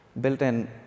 Built-in